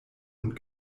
und